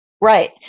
Right